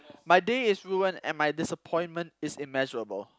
my day is ruined and my disappointment is immeasurable